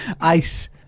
ice